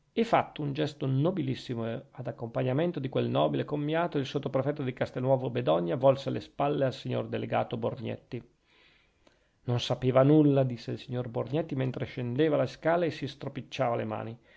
e fatto un gesto nobilissimo ad accompagnamento di quel nobile commiato il sottoprefetto di castelnuovo bedonia volse le spalle al signor delegato borgnetti non sapeva nulla disse il signor borgnetti mentre scendeva le scale e si stropicciava le mani